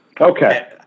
Okay